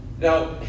Now